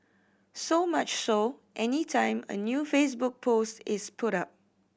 so much so any time a new Facebook post is put up